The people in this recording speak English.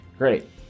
Great